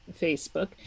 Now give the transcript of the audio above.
Facebook